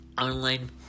online